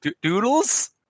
doodles